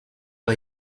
are